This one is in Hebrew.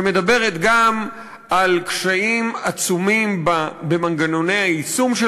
שמדברת גם על קשיים עצומים במנגנוני היישום של